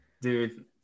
dude